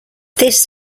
this